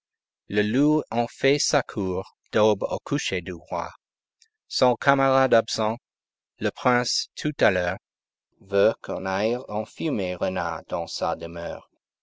le loup en fait sa cour daube au coucher du roi son camarade absent le prince tout à l'heure veut qu'on aille enfumer renard dans sa demeure